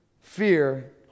fear